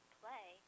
play